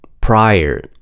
prior